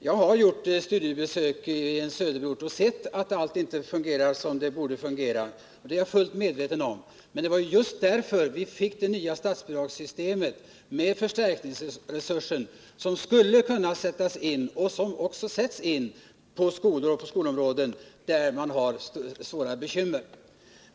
Jag har gjort studiebesök i en söderort och sett att allt inte fungerar som det borde. Det är jag alltså fullt medveten om. Det var just därför vi fick det nya statsbidragssystemet med förstärkningsresursen som skulle kunna sättas in och som också sätts in på skolområden där man har svåra bekymmer.